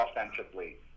offensively